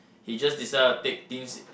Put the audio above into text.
he just decided to take things in